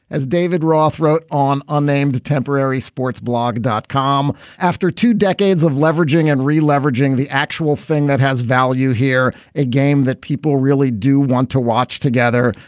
as david roth wrote on unnamed temporary sports blogger dot com. after two decades of leveraging and re leveraging, the actual thing that has value here, a game that people really do want to watch together.